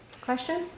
Question